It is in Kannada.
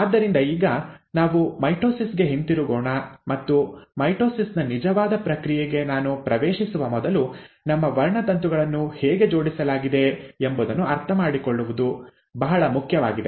ಆದ್ದರಿಂದ ಈಗ ನಾವು ಮೈಟೊಸಿಸ್ ಗೆ ಹಿಂತಿರುಗೋಣ ಮತ್ತು ಮೈಟೊಸಿಸ್ ನ ನಿಜವಾದ ಪ್ರಕ್ರಿಯೆಗೆ ನಾನು ಪ್ರವೇಶಿಸುವ ಮೊದಲು ನಮ್ಮ ವರ್ಣತಂತುಗಳನ್ನು ಹೇಗೆ ಜೋಡಿಸಲಾಗಿದೆ ಎಂಬುದನ್ನು ಅರ್ಥಮಾಡಿಕೊಳ್ಳುವುದು ಬಹಳ ಮುಖ್ಯವಾಗಿದೆ